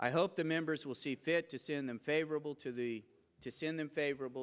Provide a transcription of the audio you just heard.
i hope the members will see fit to see in them favorable to the just in the favorable